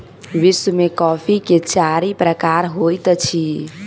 विश्व में कॉफ़ी के चारि प्रकार होइत अछि